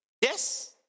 Yes